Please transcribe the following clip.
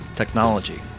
technology